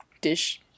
Dish